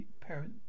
parent